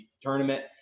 tournament